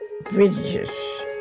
Bridges